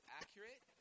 accurate